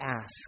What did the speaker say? ask